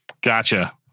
Gotcha